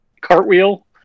cartwheel